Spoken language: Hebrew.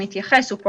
יתייחס לנושא התעסוקה.